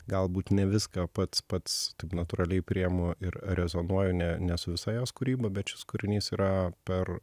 galbūt ne viską pats pats taip natūraliai priemu ir rezonuoju ne ne su visa jos kūryba bet šis kūrinys yra per